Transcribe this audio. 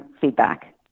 feedback